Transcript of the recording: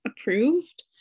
approved